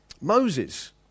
Moses